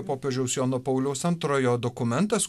popiežiaus jono pauliaus antrojo dokumentas